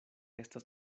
estas